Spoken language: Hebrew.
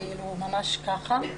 ממש ככה.